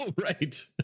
right